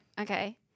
Okay